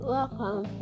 Welcome